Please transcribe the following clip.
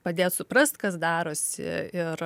padėt suprast kas darosi ir